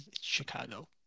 Chicago